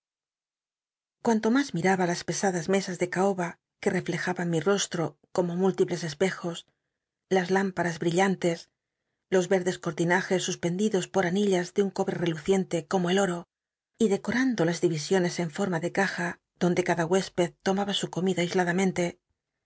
cuanto mas miraba las pesadas mesas de c ba que rctlcjaban mi tostro como múltiples espejos las lümpaas bl'illanles los i'c i'des cortinajes suspendidos por anillas de un cobre reluciente corno el oro y decol'ando las di isioncs en forma de caja donde cada huésped tomaba su comida